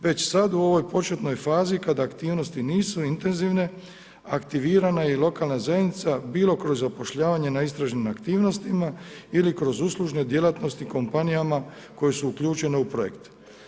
Već sad u ovoj početnoj fazi kad aktivnosti nisu intenzivne, aktivirana je i lokalna zajednica, bilo kroz zapošljavanje na istražnim aktivnostima, ili kroz uslužne djelatnosti kompanijama koje su uključene u projekt.